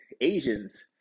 Asians